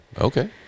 Okay